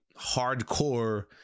hardcore